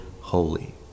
Holy